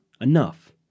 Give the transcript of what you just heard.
Enough